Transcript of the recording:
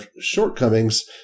shortcomings